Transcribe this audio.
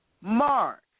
Mark